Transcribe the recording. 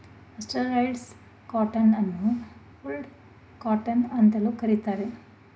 mercerised cotton ಅನ್ನು ಫುಲ್ಡ್ cotton ಅಂತಲೂ ಕರಿತಾರೆ